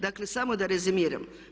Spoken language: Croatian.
Dakle, samo da rezimiram.